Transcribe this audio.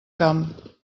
camp